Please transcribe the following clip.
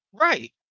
Right